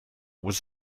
was